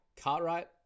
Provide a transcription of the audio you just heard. Cartwright